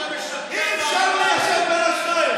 אתה משקר, אי-אפשר ליישב בין השניים.